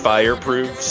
Fireproof